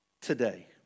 today